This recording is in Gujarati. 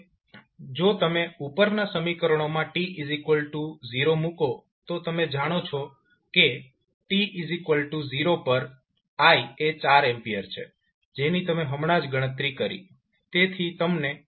હવે જો તમે ઉપરનાં સમીકરણોમાં t0 મૂકો તો તમે જાણો છો કે t0 પર i એ 4A છે જેની તમે હમણાં જ ગણતરી કરી